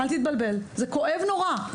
זה כואב נורא,